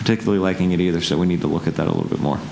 particularly liking it either so we need to look at that a little bit more